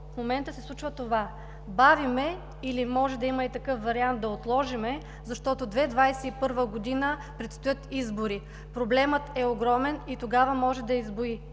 в момента се случва това – бавим или може да има и такъв вариант да отложим, защото 2021 г. предстоят избори. Проблемът е огромен и тогава може да избуи.